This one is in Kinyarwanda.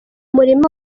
murima